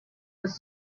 was